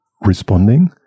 responding –